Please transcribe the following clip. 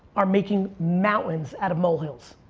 are making mountains out of molehills.